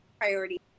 priority